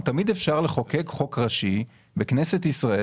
תמיד אפשר לחוקק חוק ראשי בכנסת ישראל